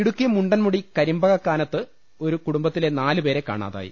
ഇടുക്കി മുണ്ടൻമുടി കമ്പകക്കാനകത്ത് ഒരു കുടുംബത്തിലെ നാലു പേരെ കാണാതായി